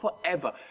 forever